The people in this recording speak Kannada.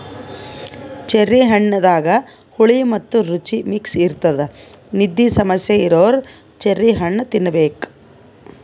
ಚೆರ್ರಿ ಹಣ್ಣದಾಗ್ ಹುಳಿ ಮತ್ತ್ ರುಚಿ ಮಿಕ್ಸ್ ಇರ್ತದ್ ನಿದ್ದಿ ಸಮಸ್ಯೆ ಇರೋರ್ ಚೆರ್ರಿ ಹಣ್ಣ್ ತಿನ್ನಬೇಕ್